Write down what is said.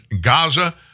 Gaza